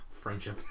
friendship